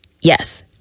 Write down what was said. Yes